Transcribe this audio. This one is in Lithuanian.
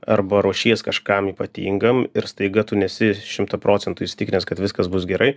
arba ruošies kažkam ypatingam ir staiga tu nesi šimtu procentų įsitikinęs kad viskas bus gerai